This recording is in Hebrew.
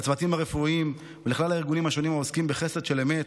לצוותים הרפואיים ולכלל הארגונים השונים העוסקים בחסד של אמת,